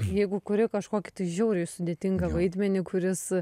jeigu kuri kažkokį tai žiauriai sudėtingą vaidmenį kuris